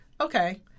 okay